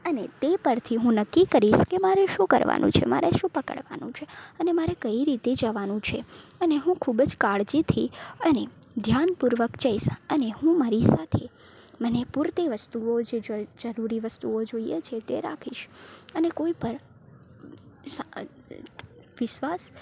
અને તે પરથી હું નક્કી કરીશ કે મારે શું કરવાનું છે મારે શું પકડવાનું છે અને મારે કઈ રીતે જવાનું છે અને હું ખૂબ જ કાળજીથી અને ધ્યાનપૂર્વક જઈશ અને હું મારી સાથે મને પૂરતી વસ્તુઓ જે જરૂરી વસ્તુઓ જોઈએ છે તે રાખીશ અને કોઈ પર વિશ્વાસ